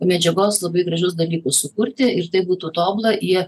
medžiagos labai gražius dalykus sukurti ir tai būtų tobula jie